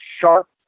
sharp